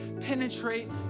penetrate